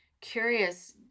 curious